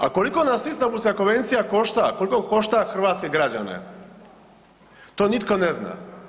A koliko nas Istambulska konvencija košta, koliko košta hrvatske građane, to nitko ne zna.